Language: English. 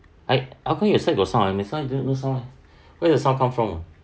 I how come your side got sound my side got no sound leh where the sound come from